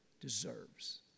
deserves